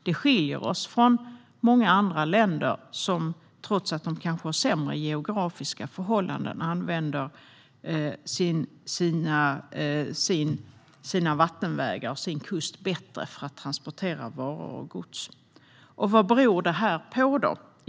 Det skiljer oss från många andra länder, som trots att de kanske har sämre geografiska förhållanden använder sina vattenvägar och sin kust bättre för att transportera varor och gods. Vad beror detta på?